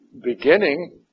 beginning